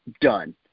done